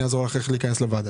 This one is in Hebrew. אני אעזור לך איך להיכנס לוועדה.